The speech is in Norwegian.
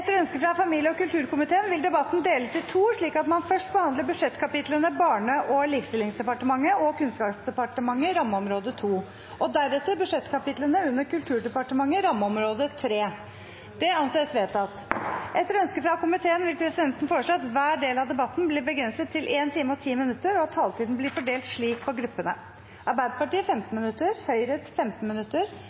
Etter ønske fra familie- og kulturkomiteen vil debatten deles i to, slik at man først behandler budsjettkapitlene under Barne- og likestillingsdepartementet, rammeområde 2, og deretter budsjettkapitlene under Kulturdepartementet, rammeområde 3. – Det anses vedtatt. Etter ønske fra komiteen vil presidenten foreslå at hver del av debatten blir begrenset til 1 time og 10 minutter, og at taletiden blir fordelt slik på gruppene: Arbeiderpartiet 15 minutter, Høyre 15 minutter,